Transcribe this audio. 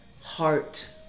heart